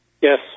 Yes